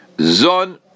Zon